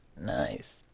Nice